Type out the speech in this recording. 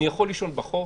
אני יכול לישון בחוף,